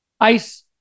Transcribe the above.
ice